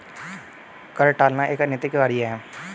कर टालना एक अनैतिक कार्य है